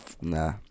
Nah